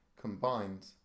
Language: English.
combined